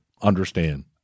Understand